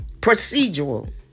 procedural